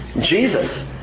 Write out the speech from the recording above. Jesus